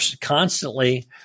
constantly